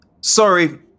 Sorry